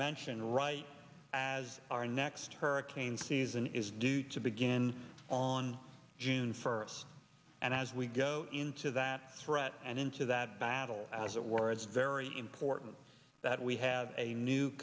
mentioned right as our next hurricane season is due to begin on june first and as we go into that threat and into that battle as it were it's very important that we have a new